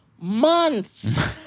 months